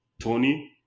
Tony